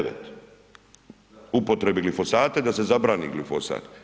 9, upotrebe glifosata i da se zabrani glifosat.